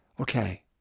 okay